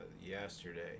yesterday